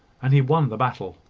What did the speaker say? and he won the battle.